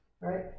right